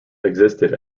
existed